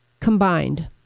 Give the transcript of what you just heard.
combined